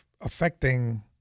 affecting